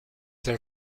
del